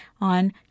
on